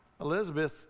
Elizabeth